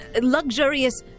luxurious